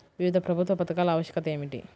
వివిధ ప్రభుత్వ పథకాల ఆవశ్యకత ఏమిటీ?